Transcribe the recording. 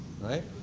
right